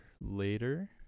later